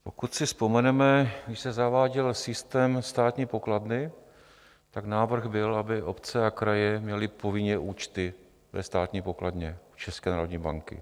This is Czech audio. Pokud si vzpomenete, když se zaváděl systém Státní pokladny, tak návrh byl, aby obce a kraje měly povinně účty ve Státní pokladně České národní banky.